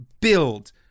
build